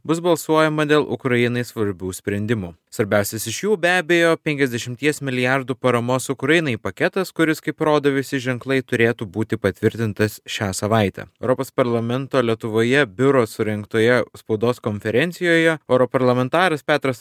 bus balsuojama dėl ukrainai svarbių sprendimų svarbiąsias iš jų be abejo penkiasdešimties milijardų paramos ukrainai paketas kuris kaip rodo visi ženklai turėtų būti patvirtintas šią savaitę europos parlamento lietuvoje biuro surengtoje spaudos konferencijoje europarlamentaras petras